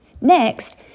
Next